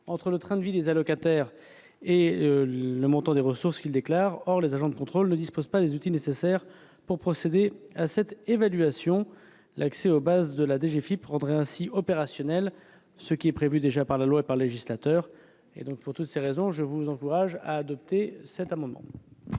entre le train de vie des allocataires et le montant des ressources qu'ils déclarent. Or les agents de contrôle ne disposent pas des outils nécessaires pour procéder à cette évaluation. L'accès aux bases de la DGFiP rendrait ainsi opérationnel ce qui est prévu déjà par la loi. Pour toutes ces raisons, je vous invite à adopter cet amendement.